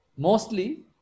Mostly